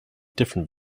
different